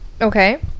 Okay